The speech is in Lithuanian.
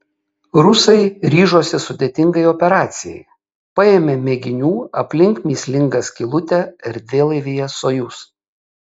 rusai ryžosi sudėtingai operacijai paėmė mėginių aplink mįslingą skylutę erdvėlaivyje sojuz